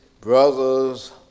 brothers